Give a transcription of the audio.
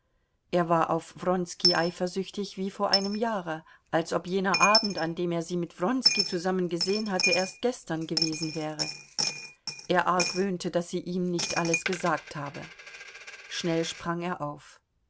er war auf wronski eifersüchtig wie vor einem jahre als ob jener abend an dem er sie mit wronski zusammen gesehen hatte erst gestern gewesen wäre er argwöhnte daß sie ihm nicht alles gesagt habe schnell sprang er auf